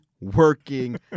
working